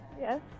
Yes